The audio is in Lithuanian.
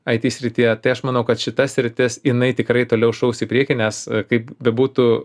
it srityje tai aš manau kad šita sritis jinai tikrai toliau šaus į priekį nes kaip bebūtų